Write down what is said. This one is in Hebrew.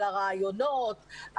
על הרעיונות,